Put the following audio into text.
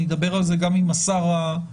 אדבר על זה גם עם השר המופקד,